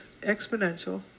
exponential